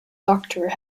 doctor